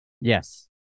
Yes